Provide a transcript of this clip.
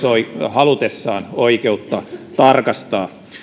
ole halutessaan oikeutta tarkastaa